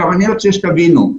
אני רוצה שתבינו,